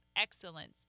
excellence